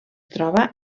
troba